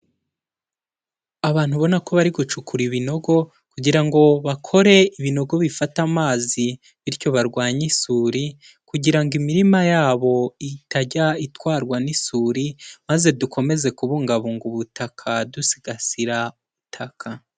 Abantu ubona ko bari gucukura ibinogo, kugira ngo bakore ibinogo bifata amazi, bityo barwanye isuri, kugira ngo imirima yabo itajya itwarwa n'isuri, maze dukomeze kubungabunga ubutaka dusigasira ubutaka.